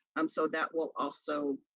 um so that will also